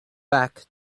back